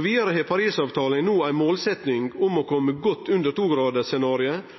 Vidare har Paris-avtalen no ei målsetjing om å